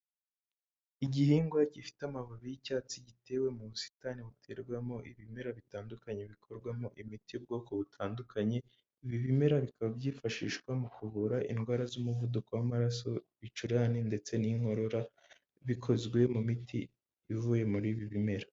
Igihingwa gifite amababi y'icyatsi gitewe mu busitani buterwamo ibimera bitandukanye bikorwamo imiti y'ubwoko butandukanye, ibi bimera bikaba byifashishwa mu kuvura indwara z'umuvuduko w'amaraso, ibicurane ndetse n'inkorora, bikozwe mu miti ivuye muri ibi bimera.